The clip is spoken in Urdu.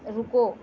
رکو